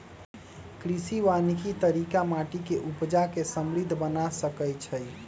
कृषि वानिकी तरिका माटि के उपजा के समृद्ध बना सकइछइ